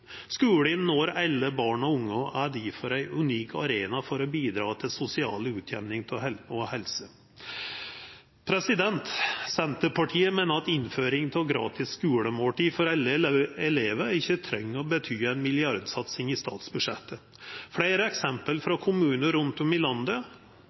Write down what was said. Skulen når alle barn og unge, og er difor ein unik arena for å bidra til sosial utjamning og helse. Senterpartiet meiner at innføring av gratis skulemåltid for alle elevar ikkje treng å bety ei milliardsatsing i statsbudsjettet. Fleire eksempel